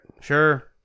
Sure